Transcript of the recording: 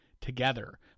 together